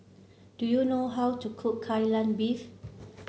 do you know how to cook Kai Lan Beef